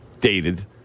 Dated